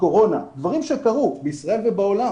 מקורונה דברים שקרו בישראל ובעולם